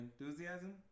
Enthusiasm